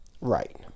right